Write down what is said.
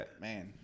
man